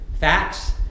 facts